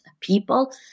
people